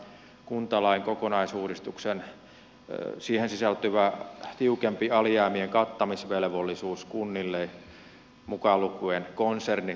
sitten lisäksi tähän kuntalain kokonaisuudistukseen sisältyvä tiukempi alijäämien kattamisvelvollisuus kunnille mukaan lukien konsernit